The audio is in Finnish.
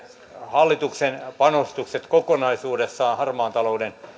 hallituksen panostukset kokonaisuudessaan harmaan talouden